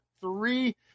three